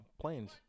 planes